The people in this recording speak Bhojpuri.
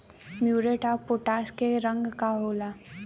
म्यूरेट ऑफपोटाश के रंग का होला?